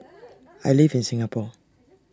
I live in Singapore